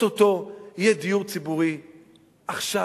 או-טו-טו יהיה דיור ציבורי עכשיו?